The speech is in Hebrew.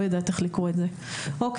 זהו.